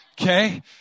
okay